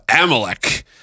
Amalek